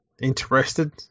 interested